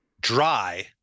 dry